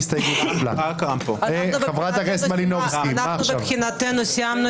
אין ההסתייגות מס' 10 של קבוצת סיעת